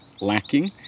lacking